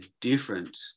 different